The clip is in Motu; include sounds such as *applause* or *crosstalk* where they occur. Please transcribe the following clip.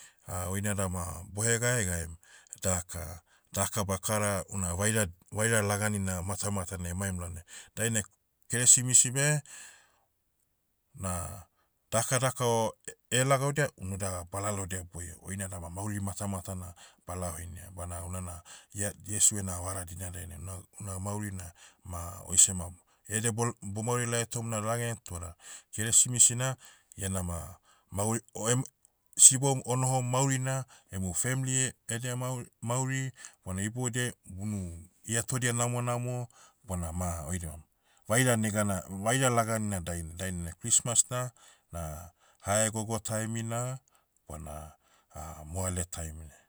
*hesitation* oi nada ma, bohegaegaem, daka- daka bakara, una vaira- vaira laganina matamatanai emaim lalnai. Dainai, keresimisi beh, na, daka daka o, e- ela gaudia, unu da balalodia boio. Oina dama mauri matamatana, balao henia bana unana, ia- iesu ena vara dinan dainai na- una mauri na, ma, oise ma, ede bol- bomauri laiatom na lage, toda, keresimisi na, iana ma, mauri- oem- sibom onohom maurina, emu femli, edia maur- mauri, bona iboudiai, hunu, iatodia namonamo, bona ma oidibam, vaira negana- vaira lagan na daina. Dain na christmas na- na, haegogo taimina, bona, *hesitation* moale taimina.